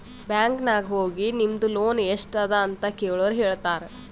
bank ನಾಗ್ ಹೋಗಿ ನಿಮ್ದು ಲೋನ್ ಎಸ್ಟ್ ಅದ ಅಂತ ಕೆಳುರ್ ಹೇಳ್ತಾರಾ